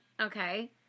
Okay